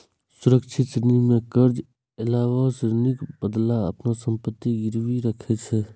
सुरक्षित ऋण मे कर्ज लएबला ऋणक बदला अपन संपत्ति गिरवी राखै छै